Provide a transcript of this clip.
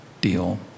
deal